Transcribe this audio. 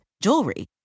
jewelry